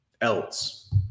else